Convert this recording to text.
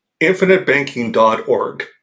infinitebanking.org